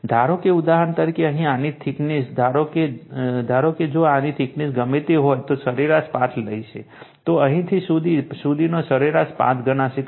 ધારો કે ઉદાહરણ તરીકે અહીં આની થિકનેસ ધારો ધારો કે જો આની થિકનેસ ગમે તે હોય તો સરેરાશ પાથ લઈએ તો અહીંથી અહીં સુધીનો સરેરાશ પાથ ગણાશે